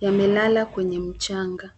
Yamelala kwenye mchanga.